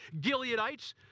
Gileadites